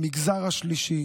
למגזר השלישי